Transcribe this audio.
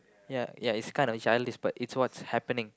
ya ya it's kind of each other list but it's what's happening